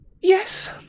Yes